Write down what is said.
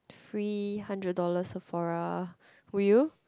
free hundred dollar Sephora will you